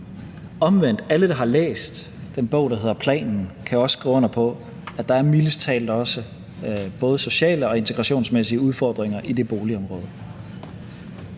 Omvendt kan alle, der har læst den bog, der hedder »Planen«, også skrive under på, at der mildest talt også både er sociale og integrationsmæssige udfordringer i det boligområde.